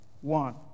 one